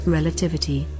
Relativity